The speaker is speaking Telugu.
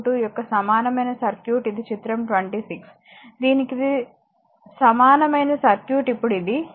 22 యొక్క సమానమైన సర్క్యూట్ ఇది చిత్రం 26 దీనికి ఇది సమానమైన సర్క్యూట్ ఇప్పుడు ఇది